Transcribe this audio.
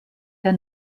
der